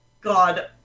God